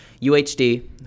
UHD